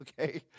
okay